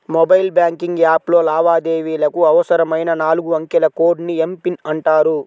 mobile banking యాప్లో లావాదేవీలకు అవసరమైన నాలుగు అంకెల కోడ్ ని ఎమ్.పిన్ అంటారు